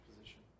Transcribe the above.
position